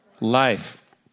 Life